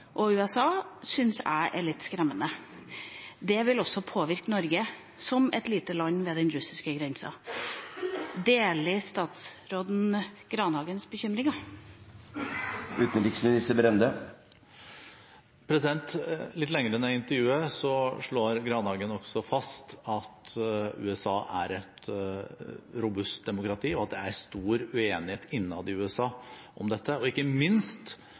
og USA syns jeg er litt skremmende. Det vil også påvirke Norge som et lite land ved den russiske grensa. Deler utenriksministeren Grandhagens bekymringer? Litt lenger nede i intervjuet slår Grandhagen også fast at USA er et robust demokrati, og at det er stor uenighet innad i USA om dette, og ikke minst